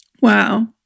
wow